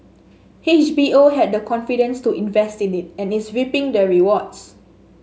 H B O had the confidence to invest in it and is reaping the rewards